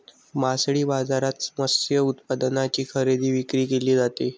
मासळी बाजारात मत्स्य उत्पादनांची खरेदी विक्री केली जाते